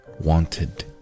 wanted